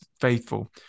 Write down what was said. faithful